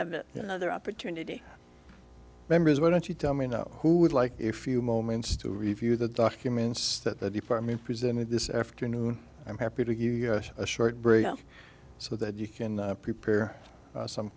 have another opportunity members why don't you tell me know who would like a few moments to review the documents that the department presented this afternoon i'm happy to give you a short break so that you can prepare some